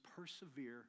persevere